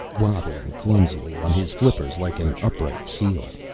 waddling clumsily on his flippers like an upright seal.